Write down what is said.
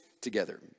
together